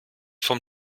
von